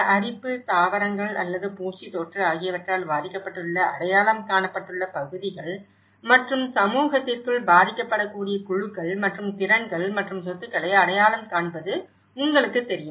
அரிப்பு தாவரங்கள் அல்லது பூச்சி தொற்று ஆகியவற்றால் பாதிக்கப்பட்டுள்ள அடையாளம் காணப்பட்ட பகுதிகள் மற்றும் சமூகத்திற்குள் பாதிக்கப்படக்கூடிய குழுக்கள் மற்றும் திறன்கள் மற்றும் சொத்துக்களை அடையாளம் காண்பது உங்களுக்குத் தெரியும்